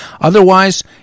Otherwise